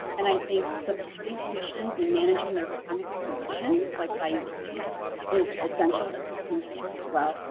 and i think supporting patients and managing their chronic conditions like diabetes is is essential at this moment as well.